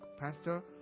Pastor